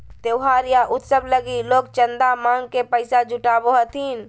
त्योहार या उत्सव लगी लोग चंदा मांग के पैसा जुटावो हथिन